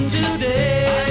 today